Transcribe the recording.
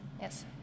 yes